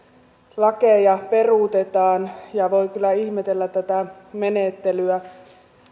lakeja peruutetaan ja voi kyllä ihmetellä tätä menettelyä